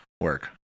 work